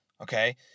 Okay